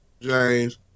James